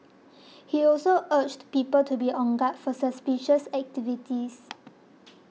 he also urged people to be on guard for suspicious activities